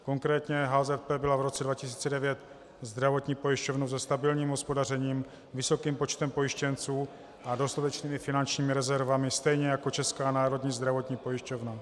Konkrétně HZP byla v roce 2009 zdravotní pojišťovnou se stabilním hospodařením, vysokým počtem pojištěnců a dostatečnými finančními rezervami, stejně jako Česká národní zdravotní pojišťovna.